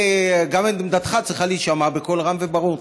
גם עמדתך צריכה להישמע בקול רם וברור.